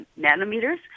nanometers